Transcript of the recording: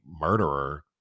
murderer